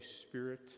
Spirit